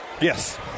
Yes